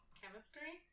chemistry